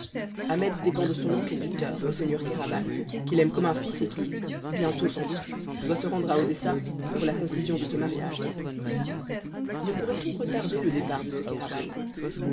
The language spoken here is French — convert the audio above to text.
ahmet dépend de son oncle et tuteur le seigneur kéraban qui l'aime comme un fils et qui bientôt sans doute doit se rendre à odessa pour la conclusion de ce mariage ne pourrait-on retarder le départ de ce